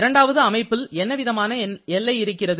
இரண்டாவது அமைப்பில் என்னவிதமான எல்லை இருக்கிறது